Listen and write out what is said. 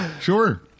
Sure